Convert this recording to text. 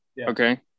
Okay